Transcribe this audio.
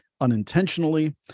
unintentionally